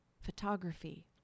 photography